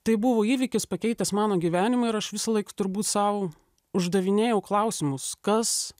tai buvo įvykis pakeitęs mano gyvenimą ir aš visąlaik turbūt sau uždavinėjau klausimus kas